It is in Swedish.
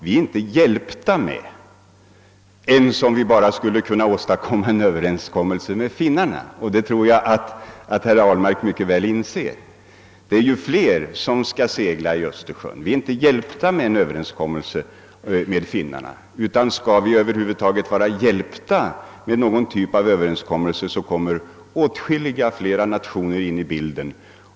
Vi är inte hjälpta bara med att få till stånd en överenskommelse med Finland — det tror jag herr Ahlmark väl inser — ty det är ju flera andra länders fartyg som skall segla i Östersjön. Skall en överenskommelse vara oss till hjälp kommer alltså åtskilligt fler nationer in i bilden.